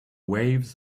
waves